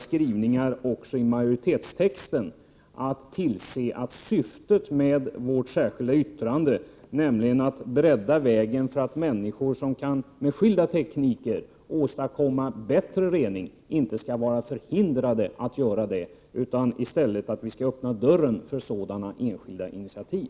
Skrivningarna i majoritetstexten är också ganska hårda. Syftet med vårt särskilda yttrande är att bredda vägen så att människor som med skilda tekniker kan åstadkomma bättre rening inte skall vara förhindrade att göra det. Vi skall i stället öppna dörren för sådana enskilda initiativ.